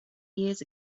years